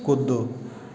कूदू